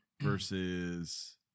versus